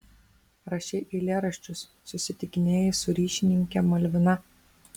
rašei eilėraščius susitikinėjai su ryšininke malvina